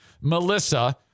Melissa